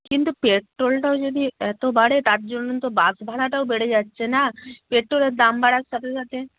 কিন্তু পেট্রোলটাও যদি এত বাড়ে তার জন্য তো বাস ভাড়াটাও বেড়ে যাচ্ছে না পেট্টোলের দাম বাড়ার সাথে সাথে